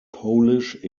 polish